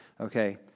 Okay